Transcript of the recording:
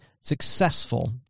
successful